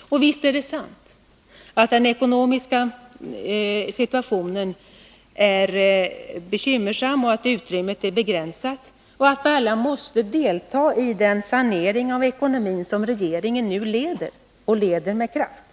Och visst är det sant att det ekonomiska utrymmet är begränsat och att vi alla måste delta i den sanering av ekonomin som regeringen leder och leder med kraft.